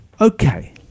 Okay